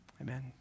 amen